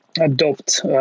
adopt